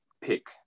pick